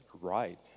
right